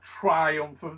triumph